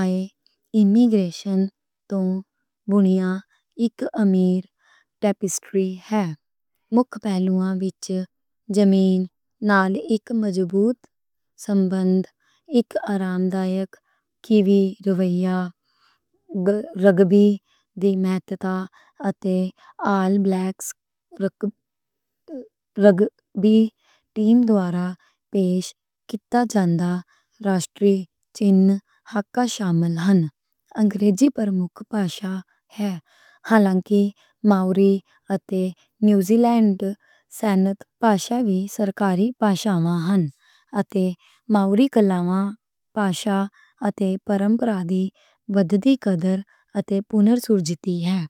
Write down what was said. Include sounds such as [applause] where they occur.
آئے ہوئے امیگریشن توں بُنیادی طور تے ایہہ اک امیر ٹیپسٹری ہے۔ مکھ پہلوواں وچ زمین نال اک مضبوط سمبندھ، اک آرامدائک کیوی رویہ، رگبی [hesitation] دی مہتا اتے آل بلیکس رگبی [hesitation] ٹیم دوارہ پیش کیتا جاندا راشٹری ہاکا دا شمولیت ہوندا ہے۔ انگریزی پرموکھ [hesitation] پاشا ہے۔ ہالانکہ ماؤری اتے نیوزی لینڈ سائنڈ پاشا وی سرکاری پاشا مانے جاندے نیں اتے ماؤری کلچراں، پاشا اتے پرمپراں دی وڈی قدر اتے پُنر اُتھتی ہے۔